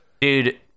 dude